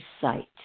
site